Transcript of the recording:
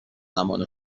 زمان